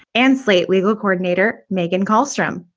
and slate legal coordinator megan carlstrom.